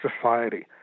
society